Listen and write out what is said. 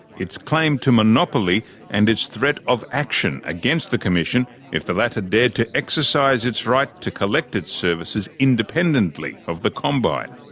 its claim to monopoly and its threat of action against the commission if the latter dared to exercise its right to collect its services independently of the combine.